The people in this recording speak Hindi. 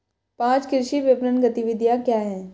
पाँच कृषि विपणन गतिविधियाँ क्या हैं?